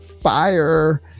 fire